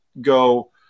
go